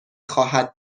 خواهد